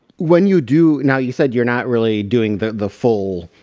when you do now, you said you're not really doing the the full